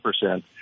percent